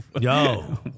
Yo